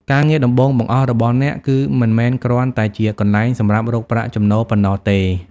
ការងារដំបូងបង្អស់របស់អ្នក គឺមិនមែនគ្រាន់តែជាកន្លែងសម្រាប់រកប្រាក់ចំណូលប៉ុណ្ណោះទេ។